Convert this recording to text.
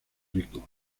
rico